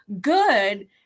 good